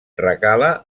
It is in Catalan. recala